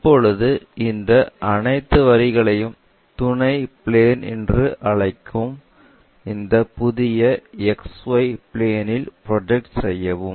இப்போது இந்த அனைத்து வரிகளையும் துணை பிளேன் என்று அழைக்கும் இந்த புதிய X 1 Y 1 பிளேன் இல் ப்ரொஜெக்ட் செய்யவும்